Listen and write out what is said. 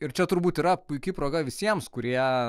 ir čia turbūt yra puiki proga visiems kurie